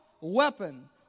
weapon